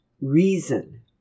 reason